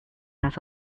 that